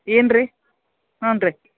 ಏನು ರೀ ಹ್ಞೂ ರೀ